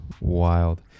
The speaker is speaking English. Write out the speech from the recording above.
wild